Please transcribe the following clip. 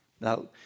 Now